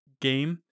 game